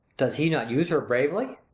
does he not use her bravely?